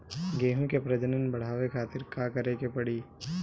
गेहूं के प्रजनन बढ़ावे खातिर का करे के पड़ी?